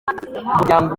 umuryango